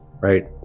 right